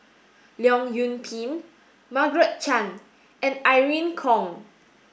Leong Yoon Pin Margaret Chan and Irene Khong